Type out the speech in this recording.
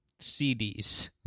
CDs